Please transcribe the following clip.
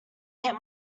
get